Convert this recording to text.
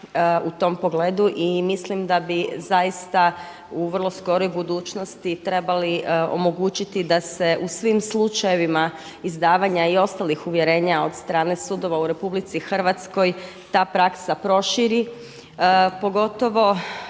u tom pogledu i mislim da bi zaista u vrlo skoroj budućnosti trebali omogućiti da se u svim slučajevima izdavanja i ostalih uvjerenja od strane sudova u Republici Hrvatskoj ta praksa proširi pogotovo